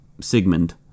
Sigmund